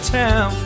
town